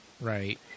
right